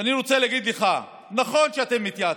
ואני רוצה להגיד לך: נכון שאתם מתייעצים,